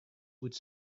would